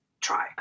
try